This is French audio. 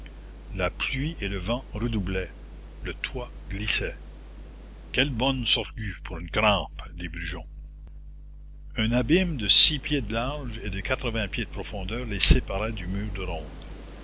la pluie et le vent redoublaient le toit glissait quelle bonne sorgue pour une crampe dit brujon un abîme de six pieds de large et de quatre-vingts pieds de profondeur les séparait du mur de ronde